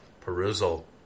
perusal